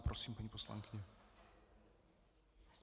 Prosím, paní poslankyně.